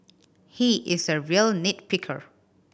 he is a real nit picker